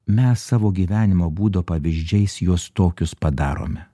mes savo gyvenimo būdo pavyzdžiais juos tokius padarome